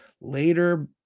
later